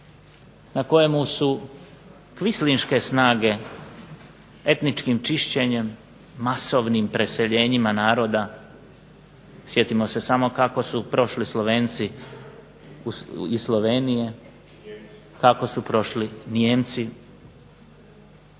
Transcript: na kojemu su kvislinške snage etničkim čišćenjem, masovnim preseljenjima naroda, sjetimo se samo kako su prošli Slovenci iz Slovenije, kako su prošli Nijemci,